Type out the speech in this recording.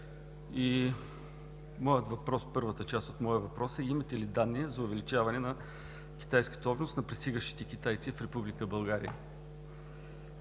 значително. Първата част от моя въпрос е: имате ли данни за увеличаване на китайската общност на пристигащите китайци в Република България?